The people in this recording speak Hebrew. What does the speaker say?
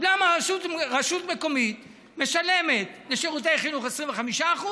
למה רשות מקומית משלמת על שירותי חינוך 25%